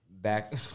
Back